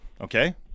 okay